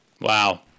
Wow